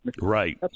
Right